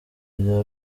rya